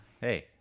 Hey